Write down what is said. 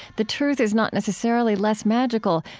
the truth is not necessarily less magical,